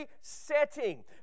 setting